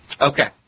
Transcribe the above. Okay